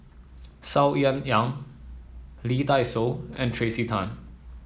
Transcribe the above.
Saw Ean Ang Lee Dai Soh and Tracey Tan